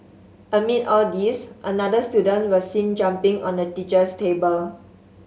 amid all this another student was seen jumping on the teacher's table